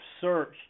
searched